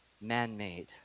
man-made